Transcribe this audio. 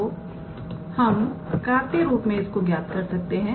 अब हम कार्तीय रूप में इसको ज्ञात कर सकते हैं